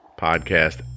podcast